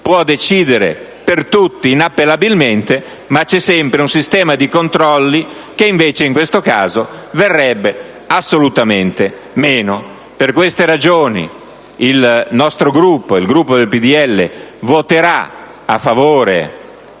può decidere per tutti inappellabilmente, ma c'è sempre un sistema di controlli, che invece in questo caso verrebbe assolutamente meno. Per queste ragioni, il Gruppo del PdL voterà a favore